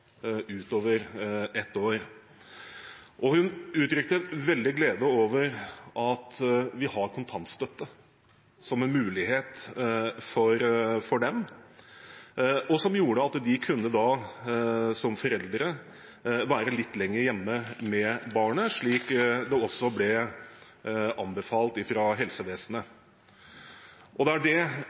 ett år. Hun uttrykte veldig glede over at vi har kontantstøtte som en mulighet for dem, noe som gjorde at de som foreldre da kunne være litt lenger hjemme med barnet, slik det også ble anbefalt fra helsevesenet. Det er dette det